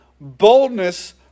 boldness